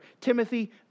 Timothy